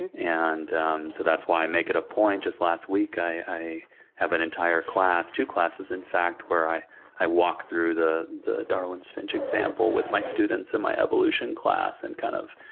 and and so that's why i make it a point. just last week, i have an entire class, two classes in fact, where i i walked through the the darwin's finch example with my students in my evolution class and, kind of,